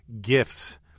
gifts